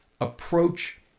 approach